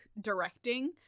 directing